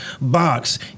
box